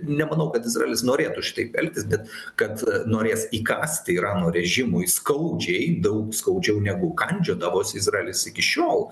nemanau kad izraelis norėtų šitaip elgtis bet kad norės įkąsti irano režimui skaudžiai daug skaudžiau negu kandžiodavos izraelis iki šiol